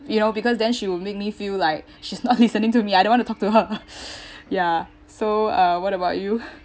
you know because then she will make me feel like she's not listening to me I don't want to talk to her ya so uh what about you